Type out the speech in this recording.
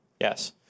Yes